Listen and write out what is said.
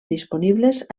disponibles